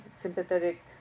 sympathetic